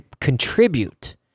contribute